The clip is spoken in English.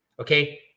Okay